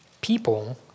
people